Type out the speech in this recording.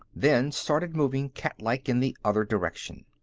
then started moving cat-like in the other direction.